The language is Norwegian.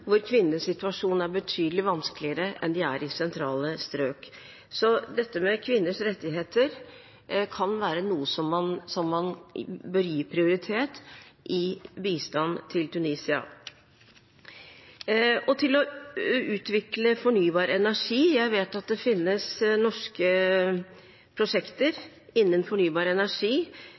hvor kvinners situasjon er betydelig vanskeligere enn i sentrale strøk, så dette med kvinners rettigheter kan være noe som man bør gi prioritet i bistand til Tunisia. Når det gjelder å utvikle fornybar energi, vet jeg at det finnes norske prosjekter innen fornybar energi